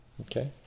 okay